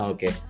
Okay